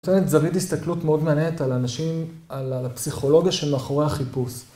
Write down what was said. נותנת זווית הסתכלות מאוד מעניינת על האנשים, על הפסיכולוגיה של מאחורי החיפוש.